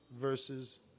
versus